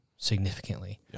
Significantly